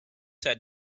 had